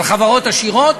על חברות עשירות,